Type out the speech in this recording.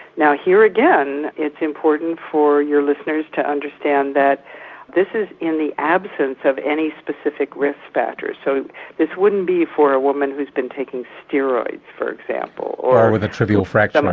now here again it's important for your listeners to understand that this is in the absence of any specific risk factors, so this wouldn't be for a woman who has been taking steroids for example. or with a trivial fracture.